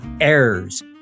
errors